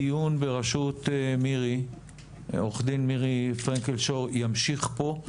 הדיון בראשות עורכת דין מירי פרנקל שור ימשיך כאן.